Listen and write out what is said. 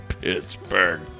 Pittsburgh